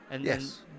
Yes